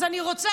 אז אני רוצה